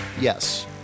Yes